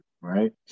right